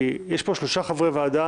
כי יש פה שלושה חברי ועדה,